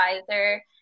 advisor